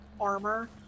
armor